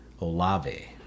Olave